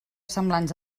semblants